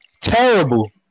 Terrible